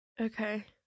Okay